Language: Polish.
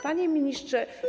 Panie Ministrze!